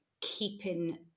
keeping